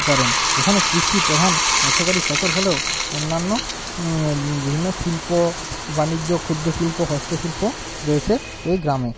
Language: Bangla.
করেন এখানে কৃষি প্রধান অর্থকরী ফসল হলেও অন্যান্য বিভিন্ন শিল্প বাণিজ্য ক্ষুদ্র শিল্প হস্তশিল্প রয়েছে এই গ্রামে